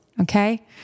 Okay